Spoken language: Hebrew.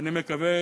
ואני מקווה